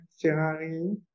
Ferrari